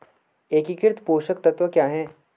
एकीकृत पोषक तत्व क्या है?